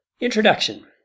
Introduction